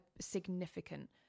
significant